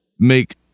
make